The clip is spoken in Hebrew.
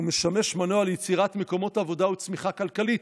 ומשמש מנוע ליצירת מקומות עבודה וצמיחה כלכלית.